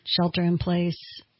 shelter-in-place